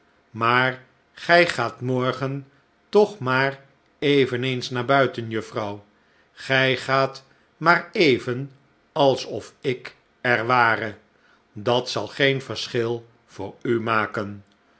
maar gij gaat morgen toch maar eveneens naar buiten juffrouw gij gaat maar even alsof ik er ware dat zal geen verschil voor u maken